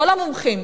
כל המומחים,